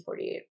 1948